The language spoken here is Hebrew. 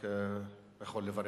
לתת לו סמכויות, לא רק לתת לו תפקיד,